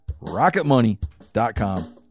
Rocketmoney.com